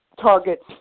targets